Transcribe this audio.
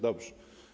Dobrze.